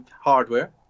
hardware